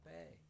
Bay